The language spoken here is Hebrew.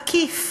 עקיף.